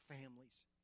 families